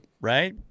right